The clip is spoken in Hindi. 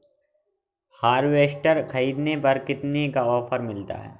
हार्वेस्टर ख़रीदने पर कितनी का ऑफर है?